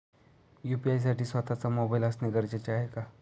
UPI साठी स्वत:चा mobile असणे गरजेचे आहे का?